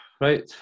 right